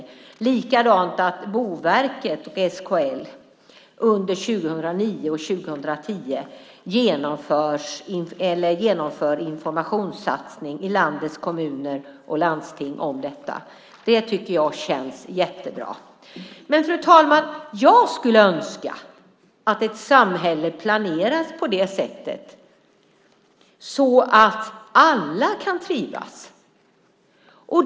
Det känns också bra att Boverket och SKL under 2009 och 2010 genomför en informationssatsning i landets kommuner och landsting om detta. Det tycker jag känns jättebra! Fru talman! Jag skulle önska att ett samhälle planerades på ett sätt så att alla kan trivas.